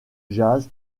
jazz